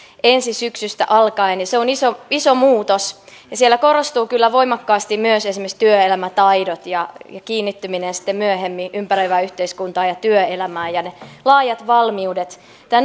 ensi syksystä alkaen ja se on iso iso muutos siellä korostuvat kyllä voimakkaasti myös esimerkiksi työelämätaidot ja kiinnittyminen sitten myöhemmin ympäröivään yhteiskuntaan ja työelämään ja ne laajat valmiudet tämä